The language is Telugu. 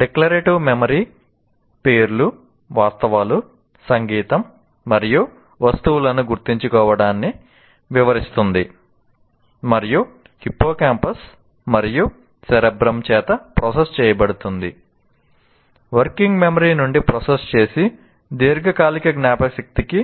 డిక్లరేటివ్ మెమరీ నుండి ప్రాసెస్ చేసే దీర్ఘకాలిక జ్ఞాపకశక్తికి